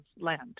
land